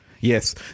Yes